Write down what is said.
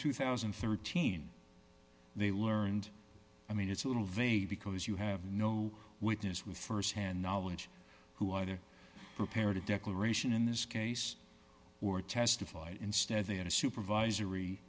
two thousand and thirteen they learned i mean it's a little vague because you have no witness with firsthand knowledge who either prepared a declaration in this case or testified instead they had a supervisory